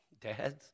dads